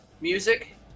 Music